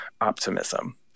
optimism